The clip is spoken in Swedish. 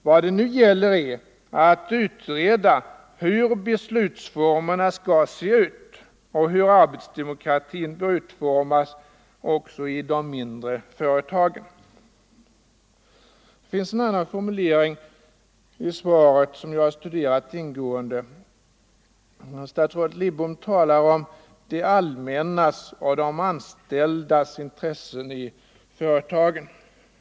Vad det nu gäller är att utreda hur beslutsformerna skall se ut och hur arbetsdemokratin bör utformas också i de mindre företagen. Det finns en annan formulering i svaret som jag har studerat ingående. 7 Statsrådet Lidbom talar om det allmännas och de anställdas intressen i företagen.